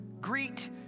Greet